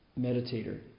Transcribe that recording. meditator